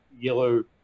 yellow